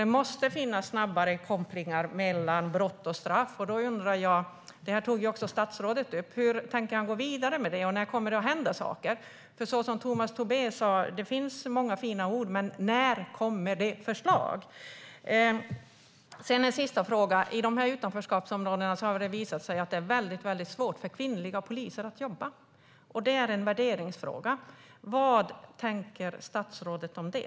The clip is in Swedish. Det måste finnas snabbare kopplingar mellan brott och straff. Detta tog också statsrådet upp, och då undrar jag: Hur tänker han gå vidare med det? När kommer det att hända saker? Som Tomas Tobé sa är det många fina ord, men när kommer det förslag? I utanförskapsområdena har det visat sig att det är väldigt svårt för kvinnliga poliser att jobba. Det är en värderingsfråga. Vad tänker statsrådet om det?